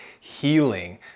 healing